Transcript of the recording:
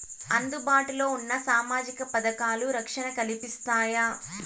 అందుబాటు లో ఉన్న సామాజిక పథకాలు, రక్షణ కల్పిస్తాయా?